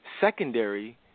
secondary